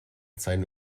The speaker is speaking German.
seine